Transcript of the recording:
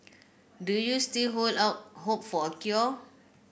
do you still hold out hope for a cure